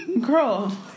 girl